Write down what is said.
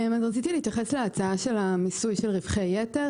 רציתי להתייחס להצעה של המיסוי על רווחי יתר,